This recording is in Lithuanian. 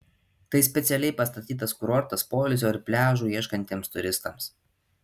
tai specialiai pastatytas kurortas poilsio ir pliažų ieškantiems turistams